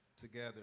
together